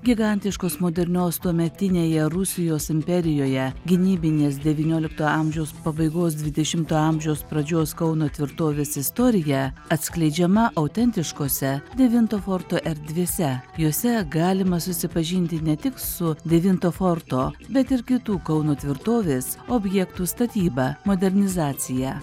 gigantiškos modernios tuometinėje rusijos imperijoje gynybinės devyniolikto amžiaus pabaigos dvidešimto amžiaus pradžios kauno tvirtovės istorija atskleidžiama autentiškose devinto forto erdvėse jose galima susipažinti ne tik su devinto forto bet ir kitų kauno tvirtovės objektų statyba modernizacija